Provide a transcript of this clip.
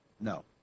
No